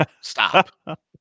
stop